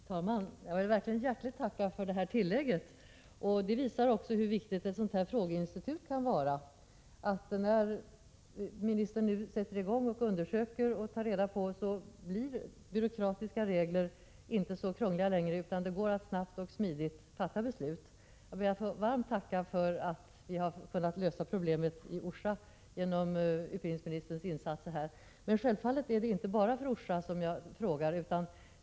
Fru talman! Jag vill verkligen hjärtligt tacka för tillägget till svaret. Det visar hur viktigt detta frågeinstitut kan vara: När utbildningsministern undersöker förhållandena blir byråkratiska regler inte längre så krångliga, utan det går att fatta beslut snabbt och smidigt. Jag ber att få varmt tacka för att vi har kunnat lösa problemet i Orsa genom utbildningsministerns insatser här. Men självfallet är det inte bara med tanke på Orsa som jag frågat.